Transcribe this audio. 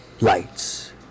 lights